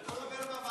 ההצעה להעביר את הנושא